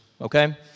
okay